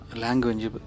language